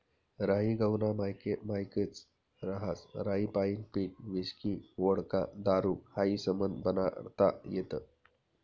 राई गहूना मायेकच रहास राईपाईन पीठ व्हिस्की व्होडका दारू हायी समधं बनाडता येस